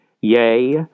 Yea